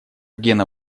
гена